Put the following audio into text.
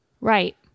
Right